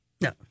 No